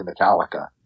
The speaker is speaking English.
Metallica